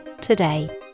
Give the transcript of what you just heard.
today